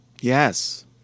yes